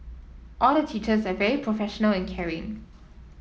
all the teachers are very professional and caring